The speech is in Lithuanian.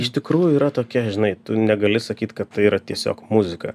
iš tikrųjų yra tokia žinai tu negali sakyt kad tai yra tiesiog muzika